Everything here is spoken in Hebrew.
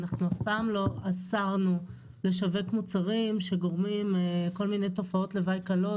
אנחנו אף פעם לא אסרנו לשווק מוצרים שגורמים כל מיני תופעות לוואי קלות,